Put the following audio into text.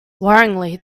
worryingly